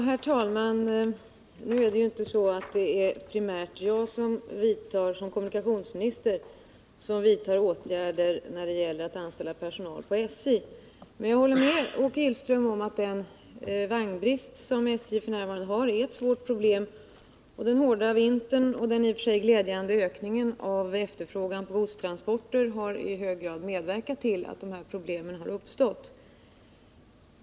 Herr talman! Det är ju inte primärt jag som kommunikationsminister som vidtar åtgärder när det gäller att anställa personal på SJ, men jag håller med Åke Gillström om att den vagnbrist som SJ f. n. har är ett svårt problem. Den hårda vintern och den i och för sig glädjande ökningen av efterfrågan på godstransporter har i hög grad medverkat till att dessa problem har uppstått.